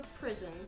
prison